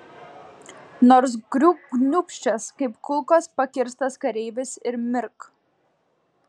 nors griūk kniūbsčias kaip kulkos pakirstas kareivis ir mirk